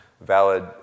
valid